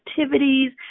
activities